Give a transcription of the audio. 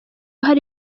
hari